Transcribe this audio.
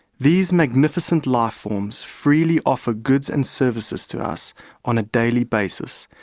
these magnificent life forms freely offer goods and services to us on a daily basis,